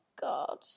god